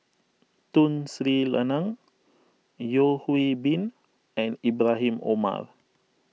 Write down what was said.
Tun Sri Lanang Yeo Hwee Bin and Ibrahim Omar